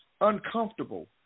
Uncomfortable